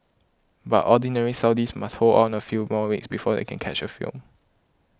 but ordinary Saudis must hold out a few more weeks before they can catch a film